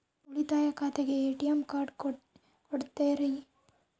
ಉಳಿತಾಯ ಖಾತೆಗೆ ATM card ಕೊಡ್ತೇರಿ?